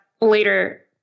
later